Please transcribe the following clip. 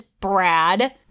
Brad